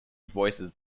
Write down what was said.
voices